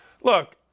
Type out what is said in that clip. Look